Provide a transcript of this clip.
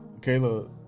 Kayla